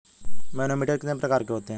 Manometer कितने प्रकार के होते हैं?